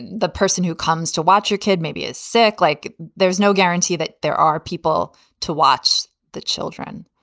the person who comes to watch your kid maybe is sick. like there's no guarantee that there are people to watch the children.